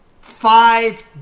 five